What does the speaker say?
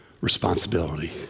responsibility